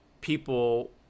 people